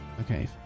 okay